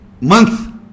month